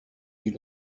you